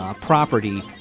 property